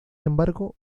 embargo